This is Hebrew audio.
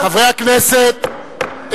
חברי הכנסת,